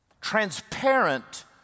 transparent